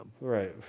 Right